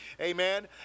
amen